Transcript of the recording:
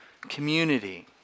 community